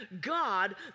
God